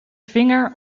vinger